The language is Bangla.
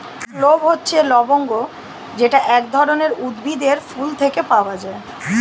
ক্লোভ হচ্ছে লবঙ্গ যেটা এক ধরনের উদ্ভিদের ফুল থেকে পাওয়া